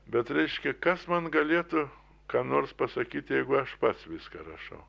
bet reiškia kas man galėtų ką nors pasakyti jeigu aš pats viską rašau